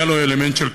היה לו אלמנט של קזינו,